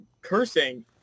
cursing